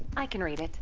i can read it.